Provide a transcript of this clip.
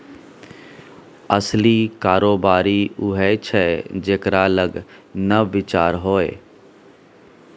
असली कारोबारी उएह छै जेकरा लग नब विचार होए